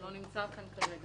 שלא נמצא כאן כרגע,